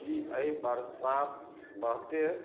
की एहि बरसात बहते